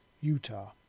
Utah